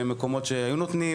עד היום היו מקומות שהיו נותנים.